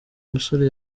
musore